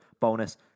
bonus